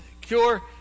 cure